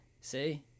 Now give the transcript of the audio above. see